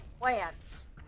plants